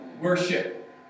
worship